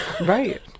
right